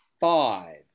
five